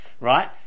right